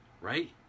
Right